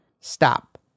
Stop